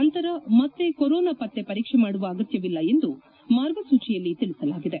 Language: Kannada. ನಂತರ ಮತ್ತೆ ಕೊರೊನಾ ಪತ್ತೆ ಪರೀಕ್ಷೆ ಮಾಡುವ ಅಗತ್ನವಿಲ್ಲ ಎಂದು ಮಾರ್ಗಸೂಚಿಯಲ್ಲಿ ತಿಳಿಸಲಾಗಿದೆ